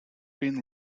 been